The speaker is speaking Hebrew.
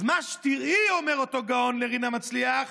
אז מה שתראי, אומר אותו גאון לרינה מצליח,